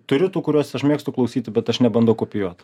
turiu tų kuriuos aš mėgstu klausyti bet aš nebandau kopijuot